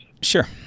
Sure